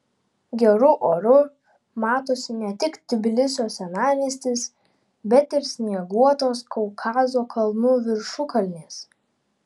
geru oru matosi ne tik tbilisio senamiestis bet ir snieguotos kaukazo kalnų viršukalnės